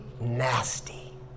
nasty